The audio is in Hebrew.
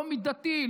לא מידתי,